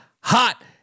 hot